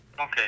Okay